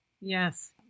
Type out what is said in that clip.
Yes